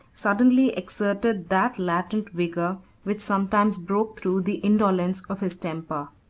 suddenly exerted that latent vigor which sometimes broke through the indolence of his temper.